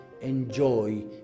enjoy